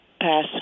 Pass